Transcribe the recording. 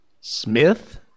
Smith